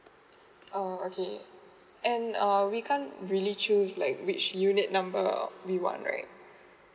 oh okay err we can't really choose like which unit number uh reward right